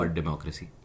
democracy